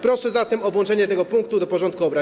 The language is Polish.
Proszę zatem o włączenie tego punktu do porządku obrad.